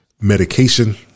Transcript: medication